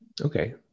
Okay